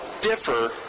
differ